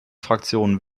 fraktionen